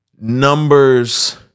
numbers